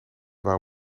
wou